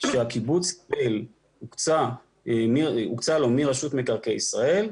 שהקיבוץ קיבל הוקצה לו מרשות מקרקעי ישראל,